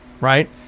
right